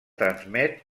transmet